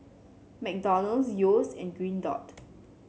McDonald's Yeo's and Green Dot